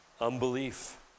Unbelief